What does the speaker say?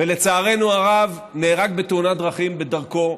ולצערנו הרב, נהרג בתאונת דרכים בדרכו,